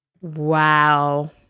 Wow